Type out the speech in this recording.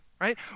right